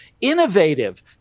innovative